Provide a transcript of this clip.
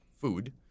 food